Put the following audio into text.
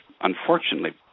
unfortunately